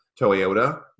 Toyota